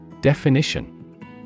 Definition